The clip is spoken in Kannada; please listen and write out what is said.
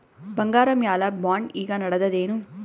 ಬಂಗಾರ ಮ್ಯಾಲ ಬಾಂಡ್ ಈಗ ನಡದದೇನು?